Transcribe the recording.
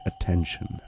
attention